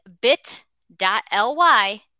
bit.ly